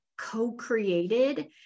co-created